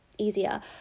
easier